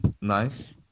Nice